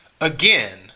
again